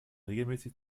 regelmäßig